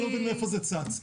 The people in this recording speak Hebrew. אני לא מבין מהיכן זה צץ.